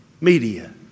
media